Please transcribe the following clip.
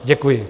Děkuji.